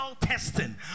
testing